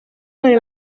none